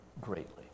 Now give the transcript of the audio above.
greatly